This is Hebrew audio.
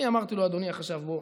אני אמרתי לו: אדוני החשב, בוא,